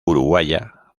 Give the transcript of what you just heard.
uruguaya